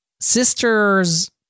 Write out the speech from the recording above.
sister's